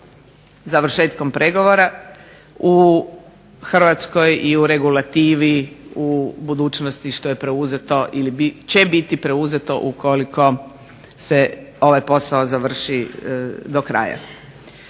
završetkom pregovora, u Hrvatskoj i u regulativi u budućnosti što je preuzeto ili će biti preuzeto ukoliko se ovaj posao završi do kraja.